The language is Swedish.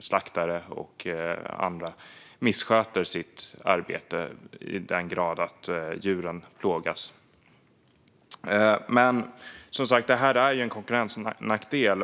slaktare och andra missköter sitt arbete i sådan grad att djuren plågas. Men, som sagt, detta är en konkurrensnackdel.